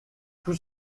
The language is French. tout